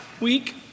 week